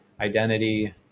identity